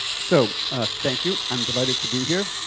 so thank you, i'm delighted to be here.